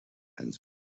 and